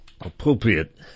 appropriate